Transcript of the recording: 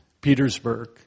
Petersburg